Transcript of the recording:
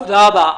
תודה רבה.